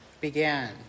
began